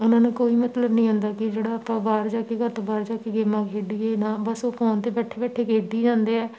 ਉਹਨਾਂ ਨੂੰ ਕੋਈ ਮਤਲਬ ਨਹੀਂ ਹੁੰਦਾ ਕੀ ਜਿਹੜਾ ਆਪਾਂ ਬਾਹਰ ਜਾ ਕੇ ਘਰ ਤੋਂ ਬਾਹਰ ਜਾ ਕੇ ਗੇਮਾਂ ਖੇਡੀਏ ਨਾ ਬਸ ਉਹ ਫੋਨ 'ਤੇ ਬੈਠੇ ਬੈਠੇ ਖੇਡੀ ਜਾਂਦੇ ਆ